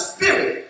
Spirit